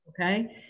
Okay